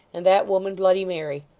and that woman bloody mary.